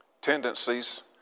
tendencies